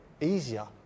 easier